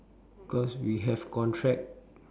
cause we have contract